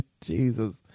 Jesus